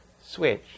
Switch